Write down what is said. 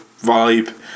vibe